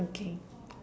okay